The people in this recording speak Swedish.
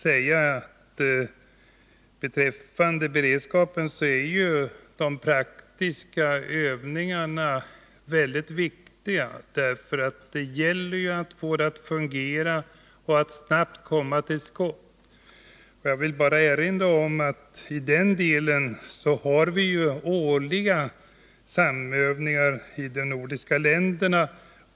Beträffande beredskapen är ju de praktiska övningarna mycket viktiga. Det gäller att få det hela att fungera och att snabbt ”komma till skott”. Jag vill bara erinra om att vi i den delen har årliga samövningar i de nordiska länderna.